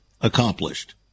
accomplished